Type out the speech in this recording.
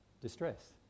distress